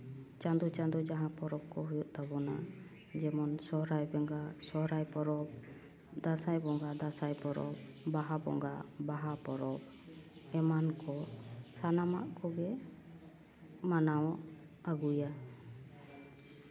ᱪᱟᱸᱫᱳ ᱪᱟᱸᱫᱳ ᱡᱟᱦᱟᱸ ᱯᱚᱨᱚᱵᱽ ᱠᱚ ᱦᱩᱭᱩᱜ ᱛᱟᱵᱳᱱᱟ ᱡᱮᱢᱚᱱ ᱥᱚᱦᱨᱟᱭ ᱵᱚᱸᱜᱟ ᱥᱚᱦᱨᱟᱭ ᱯᱚᱨᱚᱵᱽ ᱫᱟᱸᱥᱟᱭ ᱵᱚᱸᱜᱟ ᱫᱟᱸᱥᱟᱭ ᱯᱚᱨᱚᱵᱽ ᱵᱟᱦᱟ ᱵᱚᱸᱜᱟ ᱵᱟᱦᱟ ᱯᱚᱨᱚᱵᱽ ᱮᱢᱟᱱ ᱠᱚ ᱥᱟᱱᱟᱢᱟᱜ ᱠᱚᱜᱮ ᱢᱟᱱᱟᱣ ᱟᱹᱜᱩᱭᱟ